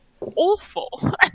awful